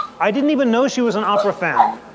i didn't even know she was an opera fan,